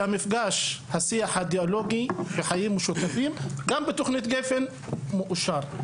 שהמפגש השיח הדיאלוגי בחיים משותפים גם בתוכנית גפן מאושר.